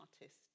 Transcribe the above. artist